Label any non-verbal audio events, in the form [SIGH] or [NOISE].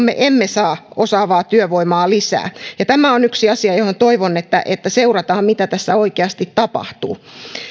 [UNINTELLIGIBLE] me emme saa osaavaa työvoimaa lisää ja tämä on yksi asia jossa toivon että että seurataan mitä tässä oikeasti tapahtuu